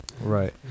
Right